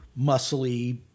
muscly